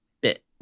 bit